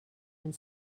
and